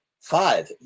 Five